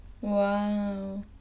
wow